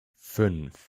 fünf